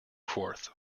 forth